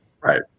Right